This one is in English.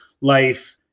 life